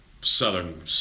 southern